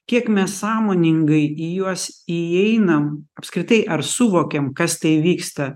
kiek mes sąmoningai į juos įeinam apskritai ar suvokiam kas tai vyksta